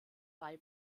bei